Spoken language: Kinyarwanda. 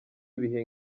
ibihe